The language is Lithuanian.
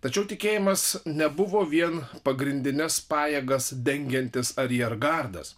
tačiau tikėjimas nebuvo vien pagrindines pajėgas dengiantis ariergardas